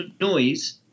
noise